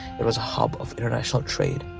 it was a hub of international trade.